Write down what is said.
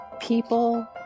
People